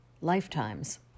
lifetimes